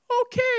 Okay